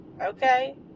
okay